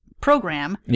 program